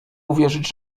uwierzyć